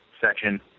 section